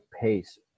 pace